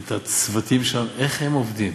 את הצוותים שם, איך הם עובדים.